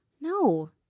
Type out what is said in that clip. No